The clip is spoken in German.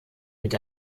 mit